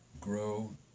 grow